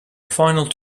final